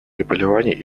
заболеваний